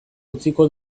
utziko